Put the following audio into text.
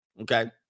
Okay